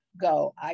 go